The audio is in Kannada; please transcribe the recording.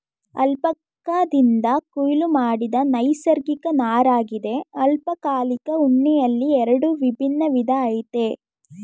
ಅಲ್ಪಕಾದಿಂದ ಕೊಯ್ಲು ಮಾಡಿದ ನೈಸರ್ಗಿಕ ನಾರಗಿದೆ ಅಲ್ಪಕಾಲಿಕ ಉಣ್ಣೆಯಲ್ಲಿ ಎರಡು ವಿಭಿನ್ನ ವಿಧ ಆಯ್ತೆ